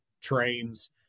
trains